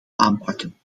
aanpakken